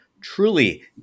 truly